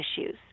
issues